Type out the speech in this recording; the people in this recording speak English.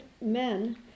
men